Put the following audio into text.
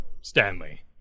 Stanley